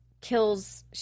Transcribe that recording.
kills